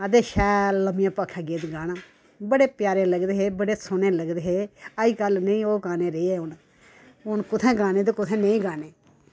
ते शैल ल'म्मियां भाखां गीत गाना ते बड़े प्यारे लगदे हे बड़े सोह्ने लगदे हे अज्जकल नेईं ओह् गाने रेह् हून कु'त्थें गाने ते कु'त्थें नेईं गाने